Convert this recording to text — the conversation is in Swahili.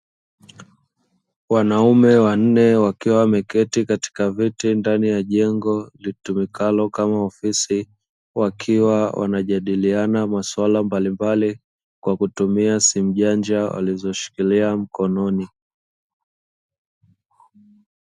Wanaume wanne wakiwa wameketi katika viti, ndani ya jengo litumikalo kama ofisi, wakiwa wanajadiliana masuala mbalimbali kwa kutumia simu janja walizoshikilia mkononi.